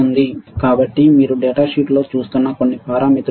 కాబట్టి ఇవి మీరు డేటాషీట్లో చూస్తున్న కొన్ని పారామితులు